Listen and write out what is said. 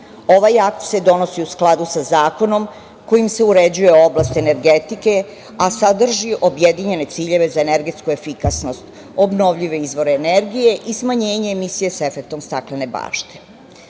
Ovaj akt se donosi u skladu sa zakonom kojim se uređuje oblast energetike, a sadrži objedinjene ciljeve za energetsku efikasnost obnovljive izvore energije i smanjenje emisije sa efektom staklene